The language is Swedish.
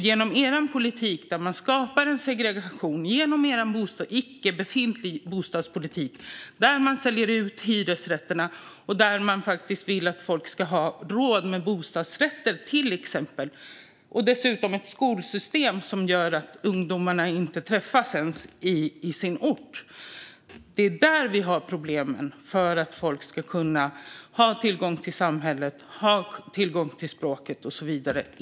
Genom er politik skapar man en segregation. Ni har en icke-befintlig bostadspolitik, där man säljer ut hyresrätterna och där man vill att folk ska ha råd med bostadsrätter, till exempel. Dessutom är det ett skolsystem som gör att ungdomarna inte ens träffas på sin ort. Det är där vi har problemen när det gäller att folk ska ha tillgång till samhället, till språket och så vidare.